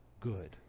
Good